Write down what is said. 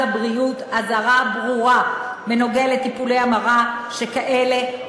הבריאות אזהרה ברורה בנוגע לטיפולי המרה שכאלה,